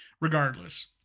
Regardless